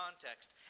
context